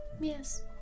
Yes